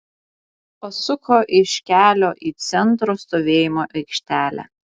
pasuko iš kelio į centro stovėjimo aikštelę